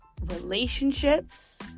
relationships